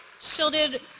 shielded